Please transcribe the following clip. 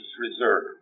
reserve